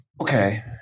Okay